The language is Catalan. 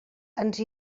ens